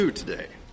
today